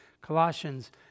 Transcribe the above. Colossians